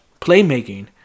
playmaking